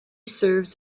serves